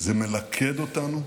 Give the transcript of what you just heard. זה מלכד אותנו